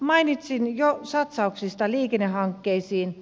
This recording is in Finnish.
mainitsin jo satsauksista liikennehankkeisiin